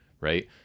right